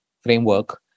framework